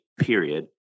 Period